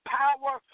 power